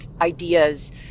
ideas